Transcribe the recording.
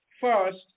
first